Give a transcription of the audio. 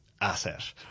asset